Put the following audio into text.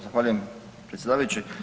Zahvaljujem predsjedavajući.